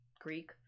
Greek